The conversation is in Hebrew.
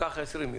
קח 20 יום.